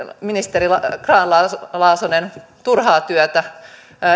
ministeri grahn laasonen laasonen turhaa työtä